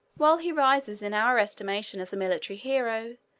while he rises in our estimation as a military hero,